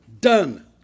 Done